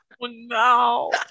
No